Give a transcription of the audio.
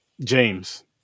James